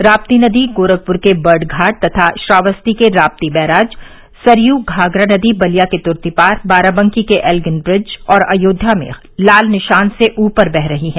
राप्ती नदी गोरखपुर के बर्डघाट तथा श्रावस्ती के राप्ती बैराज सरयू घाघरा नदी बलिया के तुर्तीपार बाराबंकी के एल्गिन ब्रिज और अयोध्या में लाल निशान से ऊपर बह रही हैं